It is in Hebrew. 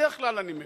בדרך כלל אני מבין,